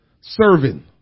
serving